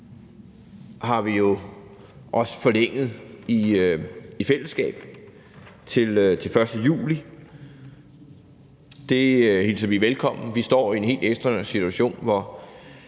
fællesskab også forlænget til den 1. juli. Det hilser vi velkommen. Vi står i en helt ekstraordinær situation, hvor